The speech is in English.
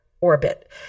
orbit